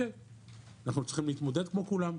אנחנו צריכים להתמודד כמו כולם,